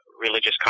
religious